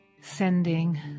sending